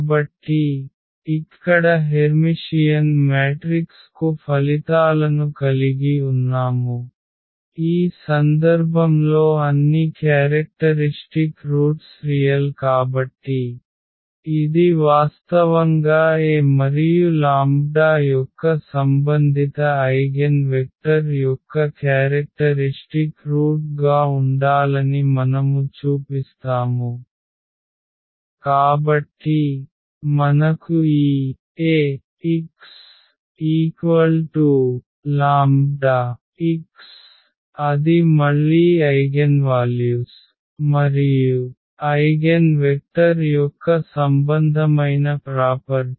కాబట్టి ఇక్కడ hermitian matrix కు ఫలితాలను కలిగి ఉన్నాము ఈ సందర్భంలో అన్ని క్యారెక్టరిష్టిక్ రూట్స్ రియల్ కాబట్టి ఇది వాస్తవంగా A మరియు లాంబ్డా యొక్క సంబంధిత ఐగెన్ వెక్టర్ యొక్క క్యారెక్టరిష్టిక్ రూట్ గా ఉండాలని మనము చూపిస్తాము కాబట్టి మనకు ఈ Ax λx అది మళ్ళీ ఐగెన్వాల్యుస్ మరియు ఐగెన్ వెక్టర్ యొక్క సంబంధమైన ప్రాపర్టీ